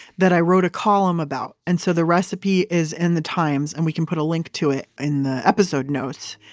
that i wrote a column about. and so the recipe is in and the times and we can put a link to it in the episode notes.